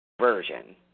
version